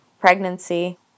pregnancy